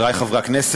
זה לא נקלט.